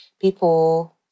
people